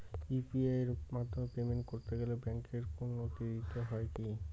UPI এর মাধ্যমে payment করতে গেলে ব্যাংকের কোন নথি দিতে হয় কি?